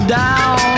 down